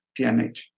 PNH